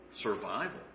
survival